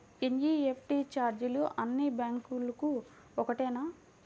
NEFT ఛార్జీలు అన్నీ బ్యాంక్లకూ ఒకటేనా?